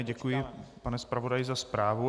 Děkuji, pane zpravodaji, za zprávu.